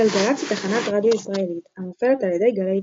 גלגלצ היא תחנת רדיו ישראלית המופעלת על ידי גלי צה"ל.